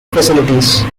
facilities